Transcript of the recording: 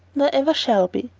nor ever shall be.